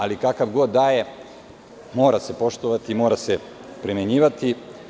Ali, kakav god da je, mora se poštovati i mora se primenjivati.